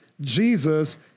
Jesus